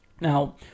Now